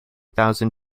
thousand